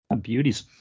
Beauties